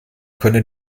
könne